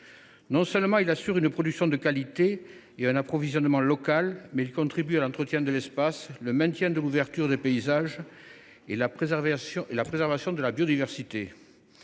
nos campagnes. Il assure une production de qualité et un approvisionnement local, il contribue à l’entretien de l’espace, au maintien de l’ouverture des paysages et à la préservation de la biodiversité.